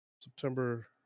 September